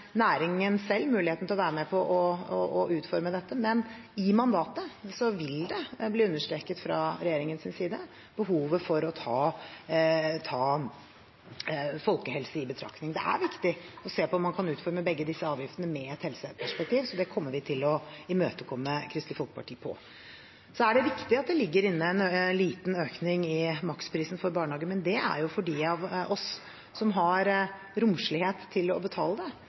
næringen selv muligheten til å være med på å utforme dette. Men i mandatet vil behovet for å ta folkehelse i betraktning bli understreket fra regjeringens side. Det er viktig å se på om man kan utforme begge disse avgiftene med et helseperspektiv, så det kommer vi til å imøtekomme Kristelig Folkeparti på. Så er det riktig at det ligger inne en liten økning i maksprisen på barnehage, men det er jo for dem av oss som har romslighet til å betale det,